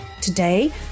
Today